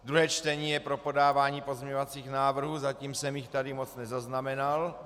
Druhé čtení je pro podávání pozměňovacích návrhů, zatím jsem jich tady moc nezaznamenal.